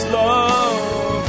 love